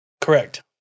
Correct